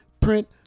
print